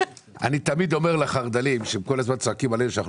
אני תמיד אומר לחרד"לים שכל הזמן צועקים עלינו שאנחנו